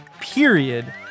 period